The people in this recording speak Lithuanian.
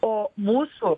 o mūsų